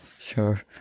Sure